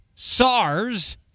SARS